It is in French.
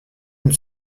une